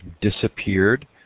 disappeared